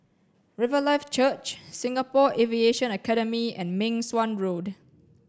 Riverlife Church Singapore Aviation Academy and Meng Suan Road